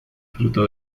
fruto